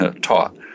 taught